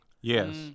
yes